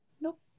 Nope